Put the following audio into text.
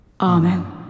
amen